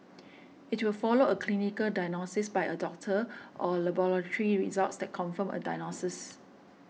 it will follow a clinical diagnosis by a doctor or laboratory results that confirm a diagnosis